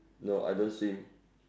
no I don't swim